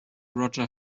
roger